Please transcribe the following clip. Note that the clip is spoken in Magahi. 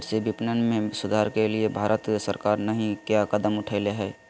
कृषि विपणन में सुधार के लिए भारत सरकार नहीं क्या कदम उठैले हैय?